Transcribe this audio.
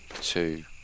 two